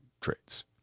traits